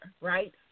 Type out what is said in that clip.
right